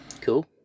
Cool